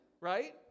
right